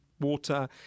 water